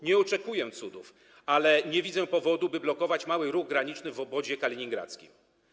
Nie oczekuję cudów, ale nie widzę powodu, by blokować mały ruch graniczny w obwodzie kaliningradzkim.